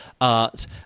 art